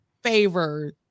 favor